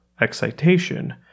excitation